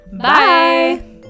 bye